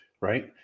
right